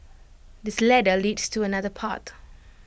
this ladder leads to another path